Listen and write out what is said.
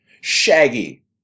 Shaggy